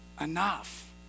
enough